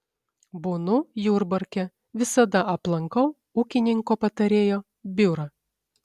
būnu jurbarke visada aplankau ūkininko patarėjo biurą